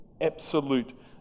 absolute